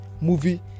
movie